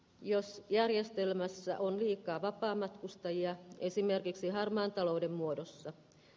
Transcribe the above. jos järjestelmässä on liikaa vapaamatkustajia esimerkiksi harmaan talouden muodossa